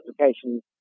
applications